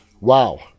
Wow